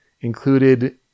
included